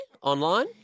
online